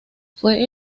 fue